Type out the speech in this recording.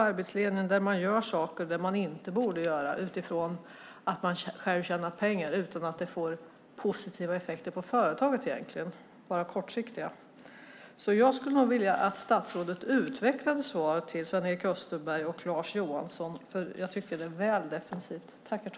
Arbetsledningen gör saker som man inte borde för att man själv tjänar pengar på det utan att det får positiva effekter på företaget. Jag skulle vilja att statsrådet utvecklade sitt svar till Sven-Erik Österberg och Lars Johansson, för jag tycker som sagt att det är väl defensivt.